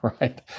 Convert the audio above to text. right